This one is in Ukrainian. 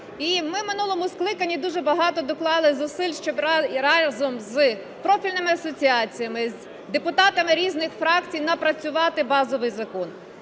І ми в минулому скликанні дуже багато доклали зусиль, щоб разом з профільними асоціаціями, з депутатами різних фракцій напрацювати базовий закон.